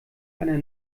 einer